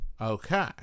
okay